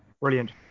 brilliant